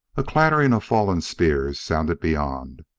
a clattering of falling spears sounded beyond,